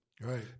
Right